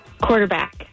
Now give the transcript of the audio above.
Quarterback